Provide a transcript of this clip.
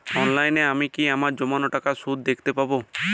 অনলাইনে আমি কি আমার জমানো টাকার সুদ দেখতে পবো?